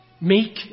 Make